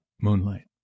moonlight